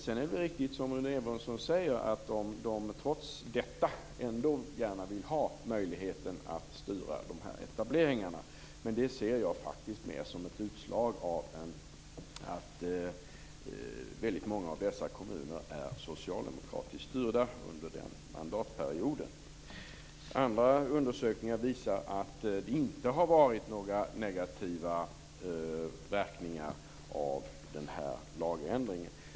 Sedan är det riktigt, som Rune Evensson säger, att kommunerna trots detta ändå gärna vill ha möjlighet att styra etableringarna. Men det ser jag faktiskt mer som ett utslag av att väldigt många av dessa kommuner var socialdemokratiskt styrda under den aktuella mandatperioden. Andra undersökningar visar att det inte har varit några negativa verkningar av lagändringen.